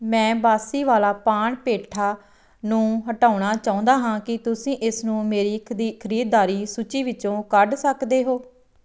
ਮੈਂ ਬਾਂਸੀਵਾਲਾ ਪਾਨ ਪੇਠਾ ਨੂੰ ਹਟਾਉਣਾ ਚਾਹੁੰਦਾ ਹਾਂ ਕੀ ਤੁਸੀਂ ਇਸਨੂੰ ਮੇਰੀ ਖਰੀ ਖਰੀਦਦਾਰੀ ਸੂਚੀ ਵਿੱਚੋਂ ਕੱਢ ਸਕਦੇ ਹੋ